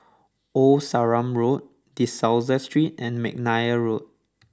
Old Sarum Road De Souza Street and McNair Road